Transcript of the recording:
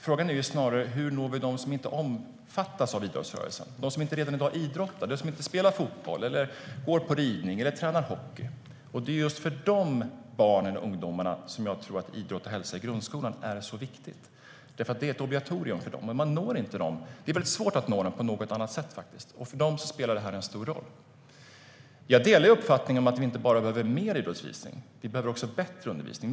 Frågan är snarare hur vi når dem som inte omfattas av idrottsrörelsen. Det handlar om dem som i dag inte idrottar - de som inte spelar fotboll, går på ridning eller tränar hockey. Det är just för de barnen och ungdomarna jag tror att idrott och hälsa i grundskolan är så viktig, för det är ett obligatorium för dem. Det är väldigt svårt att nå dem på något annat sätt, och för dem spelar det här stor roll. Jag delar uppfattningen att vi inte bara behöver mer idrottsundervisning utan också bättre undervisning.